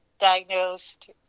diagnosed